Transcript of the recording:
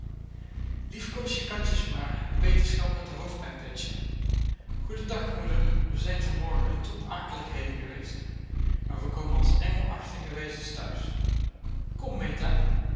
liefkoos je katjes maar en beterschap met de hoofdpijn betsje goeden dag moeder we zijn van morgen een troep akeligheden geweest maar we komen als engelachtige wezens thuis kom meta